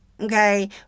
Okay